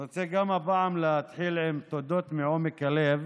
גם הפעם להתחיל בתודות מעומק הלב